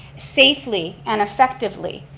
safely and effectively,